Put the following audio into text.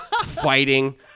fighting